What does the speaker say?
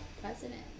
president